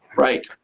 right.